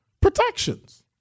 protections